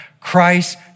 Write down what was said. Christ